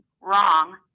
wrong